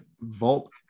vault